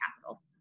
capital